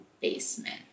basement